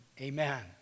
Amen